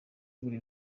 buri